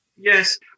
Yes